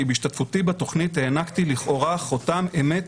בהשתתפותי בתוכנית הענקתי לכאורה חותם אמת